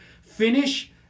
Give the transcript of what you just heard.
finish